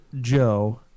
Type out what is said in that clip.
Joe